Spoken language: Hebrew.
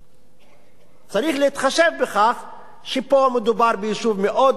צריך להתחשב בכך שפה מדובר ביישוב מאוד עני,